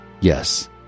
Yes